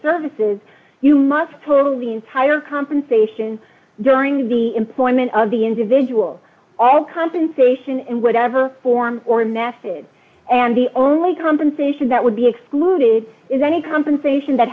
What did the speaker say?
services you must pull the entire compensation during the employment of the individual all compensation in whatever form or method and the only compensation that would be excluded is any compensation that